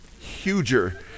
huger